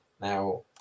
Now